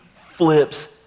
flips